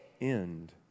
end